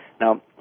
Now